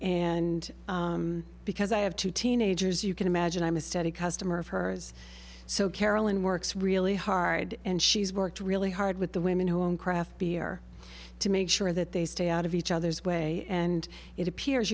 and because i have two teenagers you can imagine i'm a steady customer of hers so carolyn works really hard and she's worked really hard with the women who own craft beer to make sure that they stay out of each other's way and it appears